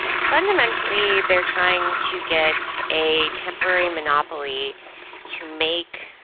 fundamentally, they're trying to get a temporary monopoly to make,